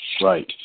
Right